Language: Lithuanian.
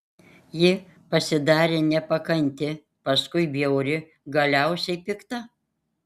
ji pasidarė nepakanti paskui bjauri galiausiai pikta